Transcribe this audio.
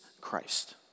Christ